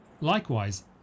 Likewise